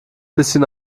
bisschen